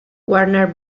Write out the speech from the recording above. warner